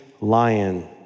lion